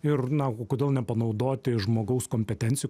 ir na o kodėl nepanaudoti žmogaus kompetencijų